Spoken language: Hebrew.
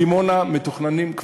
בדימונה מתוכננות,